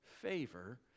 favor